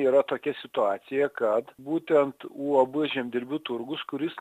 yra tokia situacija kad būtent uab žemdirbių turgus kuris